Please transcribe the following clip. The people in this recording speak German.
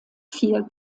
vier